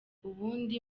ubundi